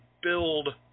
build